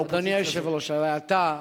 אדוני היושב-ראש, הרי אתה,